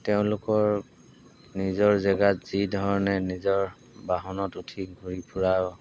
তেওঁলোকৰ নিজৰ জেগাত যি ধৰণে নিজৰ বাহনত উঠি ঘূৰি ফুৰা